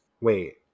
wait